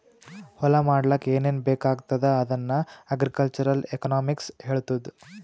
ಹೊಲಾ ಮಾಡ್ಲಾಕ್ ಏನೇನ್ ಬೇಕಾಗ್ತದ ಅದನ್ನ ಅಗ್ರಿಕಲ್ಚರಲ್ ಎಕನಾಮಿಕ್ಸ್ ಹೆಳ್ತುದ್